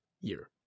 year